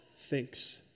thinks